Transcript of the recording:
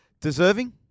Deserving